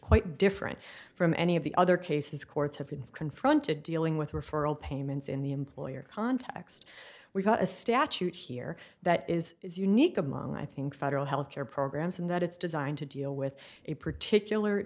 quite different from any of the other cases courts have been confronted dealing with referral payments in the employer context we've got a statute here that is is unique among i think federal health care programs and that it's designed to deal with a particular